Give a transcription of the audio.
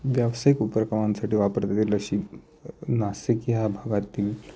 व्यावसायिक उपक्रमांसाठी वापरता येईल अशी नासिक ह्या भागातील